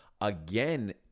again